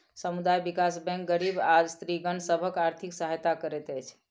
समुदाय विकास बैंक गरीब आ स्त्रीगण सभक आर्थिक सहायता करैत अछि